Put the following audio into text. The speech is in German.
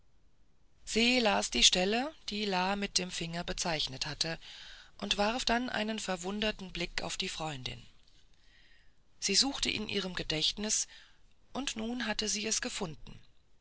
se las die stelle die la mit dem finger bezeichnet hatte und warf dann einen verwunderten blick auf die freundin sie suchte in ihrem gedächtnis und nun hatte sie es gefunden